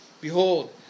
behold